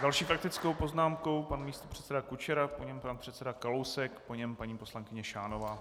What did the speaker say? S další faktickou poznámkou pan místopředseda Kučera, po něm pan předseda Kalousek, po něm paní poslankyně Šánová.